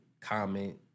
comment